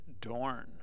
Dorn